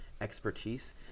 expertise